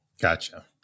Gotcha